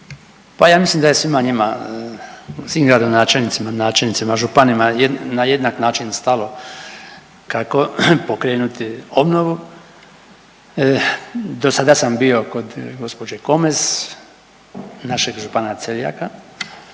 Pa ja mislim da je svima njima, svim gradonačelnicima, načelnicima i županima na jednak način stalo kako pokrenuti obnovu. Dosada sam bio kod gđe. Komes, našeg župana Celjaka,